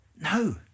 No